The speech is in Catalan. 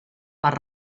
per